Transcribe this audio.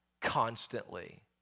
constantly